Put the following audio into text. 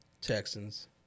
Texans